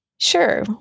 Sure